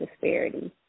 disparity